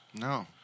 No